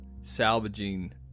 salvaging